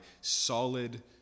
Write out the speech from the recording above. solid